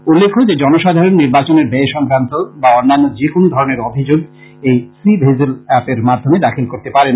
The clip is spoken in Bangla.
উল্লেখ্য যে জনসাধারণ নির্বাচনের ব্যায় সংক্রান্ত বা অন্যান্য যে কোন ধরণের অভিযোগ এই সি ভিজিল অ্যাপের মাধ্যমে দাখিল করতে পারবেন